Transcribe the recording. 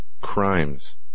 crimes